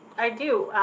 i do.